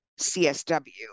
csw